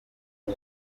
ari